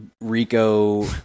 Rico